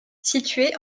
située